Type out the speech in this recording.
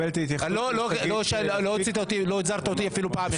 לא הזהרת אותי אפילו פעם אחת.